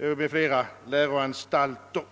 andra läroanstalter.